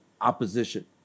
opposition